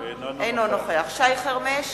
אינו נוכח שי חרמש,